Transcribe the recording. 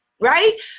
right